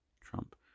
Trump